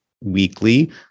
weekly